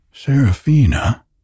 Serafina